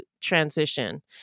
transition